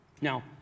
Now